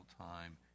time